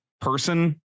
person